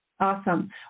Awesome